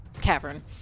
cavern